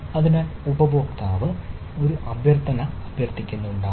അതിനാൽ ഉപയോക്താവ് ഒരു ഉപയോക്തൃ അഭ്യർത്ഥനകൾക്കായി അഭ്യർത്ഥിക്കുന്നുണ്ടാകാം